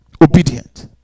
Obedient